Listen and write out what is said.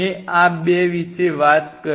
મેં આ બે વિશે વાત કરી છે